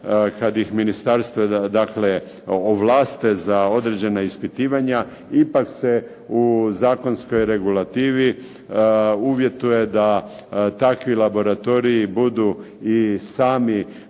kad ih ministarstva dakle ovlaste za određena ispitivanja, ipak se u zakonskoj regulativi uvjetuje da takvi laboratoriji budu i sami